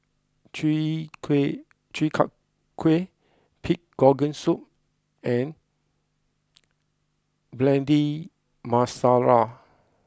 Chi Kuih Chi Kak Kuih Pig Organ Soup and Bhindi Masala